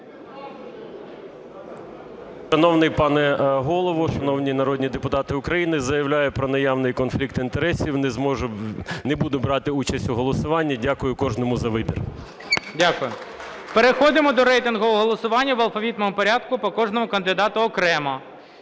Переходимо до рейтингового голосування в алфавітному порядку по кожному кандидату окремо.